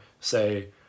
say